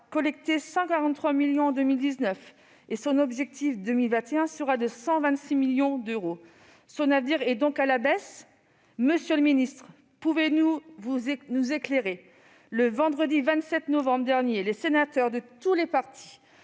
collectés 143 millions d'euros en 2019. L'objectif, pour 2021, est de 126 millions d'euros. Son avenir est-il donc à la baisse ? Monsieur le ministre, pouvez-vous nous éclairer ? Vendredi 27 novembre dernier, les sénateurs de toutes les travées